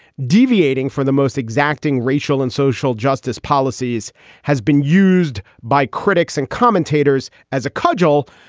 deviating from the most exacting racial and social justice policies has been used by critics and commentators as a cudgel.